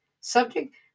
Subject